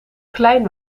klein